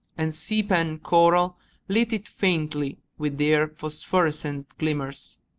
and sea-pen coral lit it faintly with their phosphorescent glimmers.